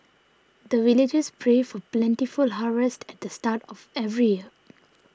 the villagers pray for plentiful harvest at the start of every year